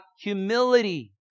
humility